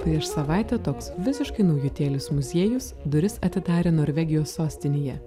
prieš savaitę toks visiškai naujutėlis muziejus duris atidarė norvegijos sostinėje